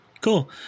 Cool